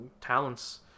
talents